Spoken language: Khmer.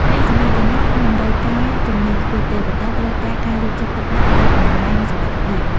អ្នកសម្អាតយន្តហោះមិនតម្រូវការជំនាញខ្ពស់ទេ ប៉ុន្តែត្រូវការការយកចិត្តទុកដាក់លើអនាម័យនិងសុវត្ថិភាព។